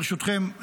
ברשותכם,